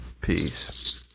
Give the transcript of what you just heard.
peace